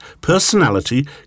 personality